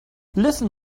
listen